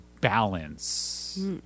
balance